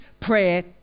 prayer